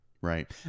Right